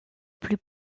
plus